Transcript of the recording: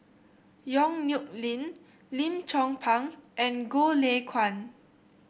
Yong Nyuk Lin Lim Chong Pang and Goh Lay Kuan